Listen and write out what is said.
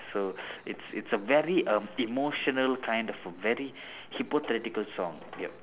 so it's it's a very err emotional kind of a very hypothetical song yup